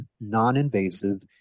non-invasive